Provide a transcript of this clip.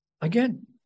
Again